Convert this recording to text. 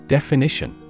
Definition